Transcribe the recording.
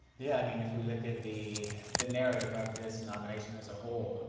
yeah i mean if we look at the the narrative of this nomination as a whole,